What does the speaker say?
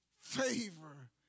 favor